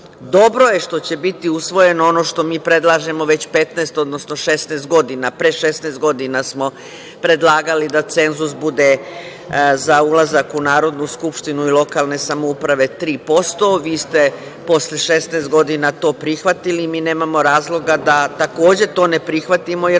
Dobro je što će biti usvojeno ono što mi predlažemo već 15, odnosno 16 godina. Pre 16 godina smo predlagali da cenzus bude za ulazak u Narodnu skupštinu i lokalne samouprave 3%, vi ste posle 16 godina to prihvatili, mi nemamo razloga da takođe to ne prihvatimo,